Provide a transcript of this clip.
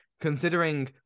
considering